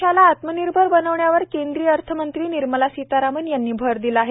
देशाला आत्मनिर्भर बनवण्यावर केंद्रीय अर्थमंत्री निर्मला सीतारामन यांनी भर दिला आहे